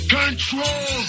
control